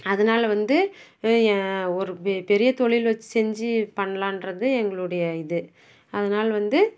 அதனால் வந்து ஏ ஒரு பெ பெரிய தொழில் வைச்சு செஞ்சு பண்ணலாங்றது எங்களுடைய இது அதனால் வந்து